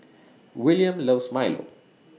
Willaim loves Milo